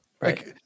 right